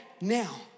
now